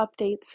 updates